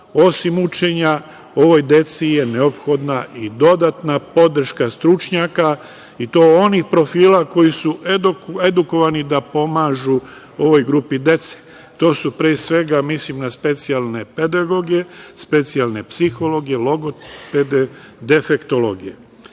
Osim učenja, ovoj deci je neophodna i dodatna podrška stručnjaka i to onih profila koji su edukovani da pomažu ovoj grupi dece. To su pre svega, mislim na specijalne pedagoge, specijalne psihologe, logopede, defektologe.S